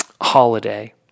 holiday